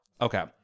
Okay